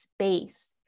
space